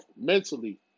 mentally